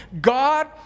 God